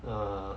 err